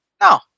No